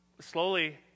slowly